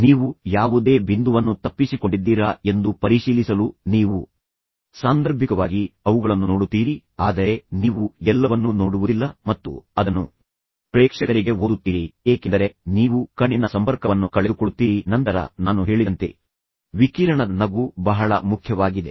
ನೀವು ಕೆಲವು ಪ್ರಮುಖ ನುಡಿಗಟ್ಟುಗಳನ್ನು ಬರೆದಿದ್ದೀರಿ ನೀವು ಯಾವುದೇ ಬಿಂದುವನ್ನು ತಪ್ಪಿಸಿಕೊಂಡಿದ್ದೀರಾ ಎಂದು ಪರಿಶೀಲಿಸಲು ನೀವು ಸಾಂದರ್ಭಿಕವಾಗಿ ಅವುಗಳನ್ನು ನೋಡುತ್ತೀರಿ ಆದರೆ ನೀವು ಎಲ್ಲವನ್ನೂ ನೋಡುವುದಿಲ್ಲ ಮತ್ತು ಅದನ್ನು ಪ್ರೇಕ್ಷಕರಿಗೆ ಓದುತ್ತೀರಿ ಏಕೆಂದರೆ ನೀವು ಕಣ್ಣಿನ ಸಂಪರ್ಕವನ್ನು ಕಳೆದುಕೊಳ್ಳುತ್ತೀರಿ ಮತ್ತು ನಗುತ್ತೀರಿ ಮತ್ತು ನಂತರ ನಾನು ಹೇಳಿದಂತೆ ವಿಕಿರಣದ ನಗು ಬಹಳ ಮುಖ್ಯವಾಗಿದೆ